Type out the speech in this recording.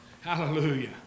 Hallelujah